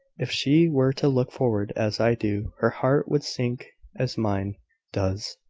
if she were to look forward as i do, her heart would sink as mine does,